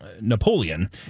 Napoleon